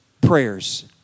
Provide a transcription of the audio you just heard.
prayers